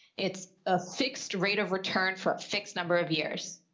it's a fixed rate of return for a fixed number of years.